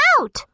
out